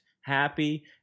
happy